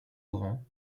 laurent